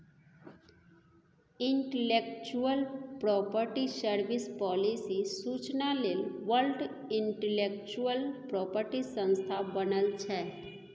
intellectual property service, policy सुचना लेल world intellectual property संस्था बनल छै